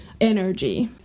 energy